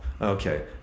Okay